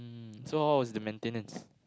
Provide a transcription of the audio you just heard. so how was the maintenance